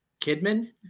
Kidman